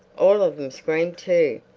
all of them screamed too.